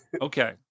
Okay